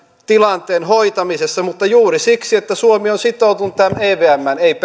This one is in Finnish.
tilanteen hoitamisessa mutta juuri siksi että suomi on sitoutunut tähän evmään eivät